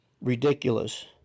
ridiculous